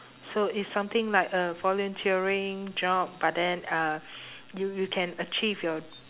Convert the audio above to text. so it's something like a volunteering job but then uh you you can achieve your